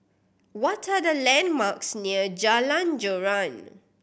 what are the landmarks near Jalan Joran